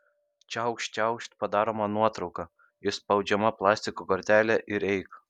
čiaukšt čiaukšt padaroma nuotrauka išspaudžiama plastiko kortelė ir eik